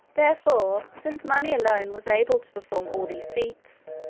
therefore since money alone was able to perform all these feats,